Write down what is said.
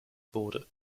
border